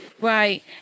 Right